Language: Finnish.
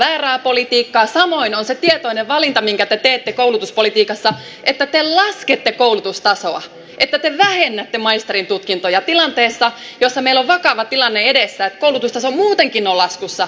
samoin on se tietoinen valinta minkä te teette koulutuspolitiikassa että te laskette koulutustasoa että te vähennätte maisterintutkintoja tilanteessa jossa meillä on se vakava tilanne edessä että koulutustaso muutenkin on laskussa